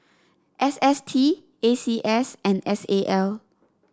S S T A C S and S A L